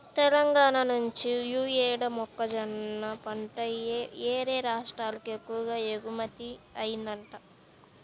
తెలంగాణా నుంచి యీ యేడు మొక్కజొన్న పంట యేరే రాష్ట్రాలకు ఎక్కువగా ఎగుమతయ్యిందంట